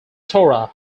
torah